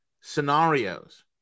scenarios